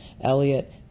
Elliot